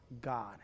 God